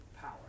power